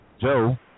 Joe